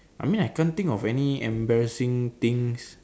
I mean I can't think of any embarrassing things